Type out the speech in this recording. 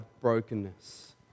brokenness